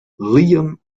leon